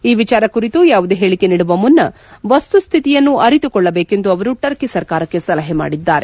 ಈ ವಿಚಾರ ಕುರಿತು ಯಾವುದೇ ಹೇಳಿಕೆ ನೀಡುವ ಮುನ್ನ ವಸ್ತುಶ್ಢಿತಿಯನ್ನು ಅರಿತುಕೊಳ್ಳಬೇಕೆಂದು ಅವರು ಟರ್ಕಿ ಸರ್ಕಾರಕ್ಕೆ ಸಲಹೆ ಮಾಡಿದ್ದಾರೆ